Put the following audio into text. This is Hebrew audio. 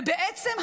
ובעצם,